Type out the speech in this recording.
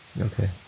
Okay